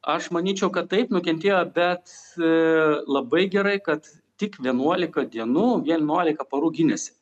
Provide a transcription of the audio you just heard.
aš manyčiau kad taip nukentėjo bet labai gerai kad tik vienuolika dienų vienuolika parų gynėsi